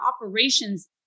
operations